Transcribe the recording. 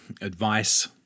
advice